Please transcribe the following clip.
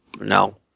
No